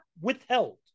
withheld